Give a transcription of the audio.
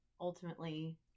ultimately